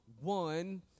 one